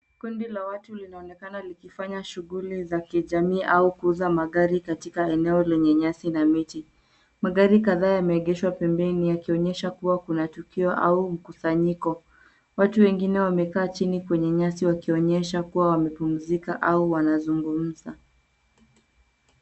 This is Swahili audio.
Kundi la watu linaonekana likifanya shughuli za kijamii au kuuza magari katika eneo lenye nyasi na miti. Magari kadhaa yameegeshwa pembeni yakionyesha kuwa kunatukio au mkusanyiko. Watu wengine wamekaa chini kwenye nyasi wakionyesha kuwa wamepumzika au wanazungumza.